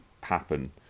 happen